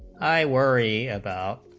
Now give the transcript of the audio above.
i worry about